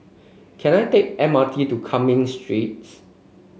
can I take M R T to Cumming Streets